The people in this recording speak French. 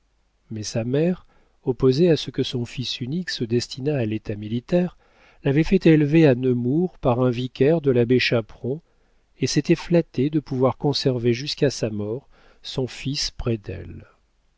mais sa mère opposée à ce que son fils unique se destinât à l'état militaire l'avait fait élever à nemours par un vicaire de l'abbé chaperon et s'était flattée de pouvoir conserver jusqu'à sa mort son fils près d'elle